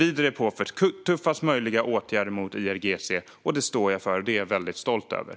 Vi drev på för tuffast möjliga åtgärder mot IRGC. Det står jag för, och det är jag väldigt stolt över.